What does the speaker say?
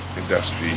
industry